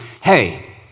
hey